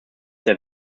der